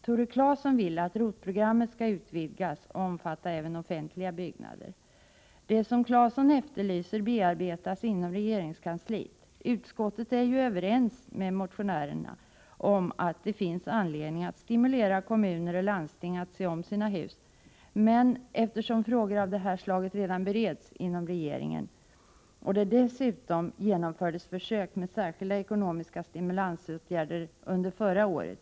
Tore Claeson vill att ROT-programmet skall utvidgas och omfatta även offentliga byggnader. Det som Claeson efterlyser förbereds inom regeringskansliet. Utskottet är överens med motionärerna om att det finns anledning att stimulera kommuner och landsting att se om sina hus. Men frågor av det här slaget bereds redan inom regeringen. Det har dessutom genomförts försök med särskilda ekonomiska stimulansåtgärder under förra året.